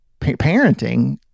parenting